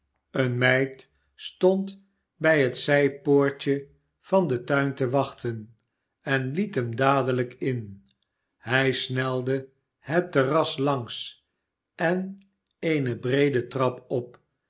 eene meid stond bij het zijpoortje van den tuin te wachten en liet hem dadelijk in hij snelde het terras langs en eene breede trap op